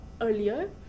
earlier